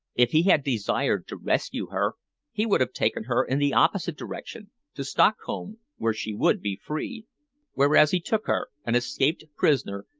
if he had desired to rescue her he would have taken her in the opposite direction to stockholm, where she would be free whereas he took her, an escaped prisoner,